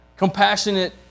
Compassionate